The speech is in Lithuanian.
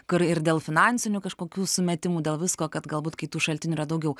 kur ir dėl finansinių kažkokių sumetimų dėl visko kad galbūt kai tų šaltinių yra daugiau